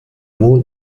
wohl